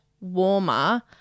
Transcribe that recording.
warmer